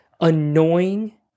annoying